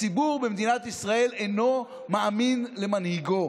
הציבור במדינת ישראל אינו מאמין למנהיגו,